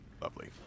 Lovely